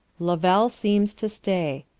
louel seemes to stay.